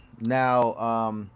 Now